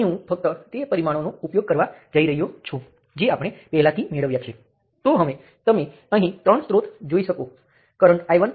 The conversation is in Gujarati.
હવે ખૂબ જ થોડાં વિસ્તરણમાં મારી પાસે નીચે મુજબ છે